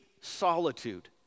solitude